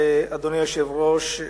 אדוני היושב-ראש,